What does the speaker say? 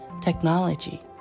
technology